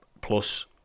plus